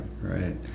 right